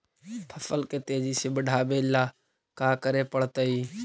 फसल के तेजी से बढ़ावेला का करे पड़तई?